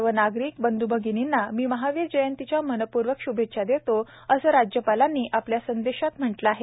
सर्व नागरिक बंध् भगिर्नींना मी महावीर जयंतीच्या मनःपूर्वक श्भेच्छा देतो असे राज्यपालांनी आपल्या संदेशात म्हटले आहे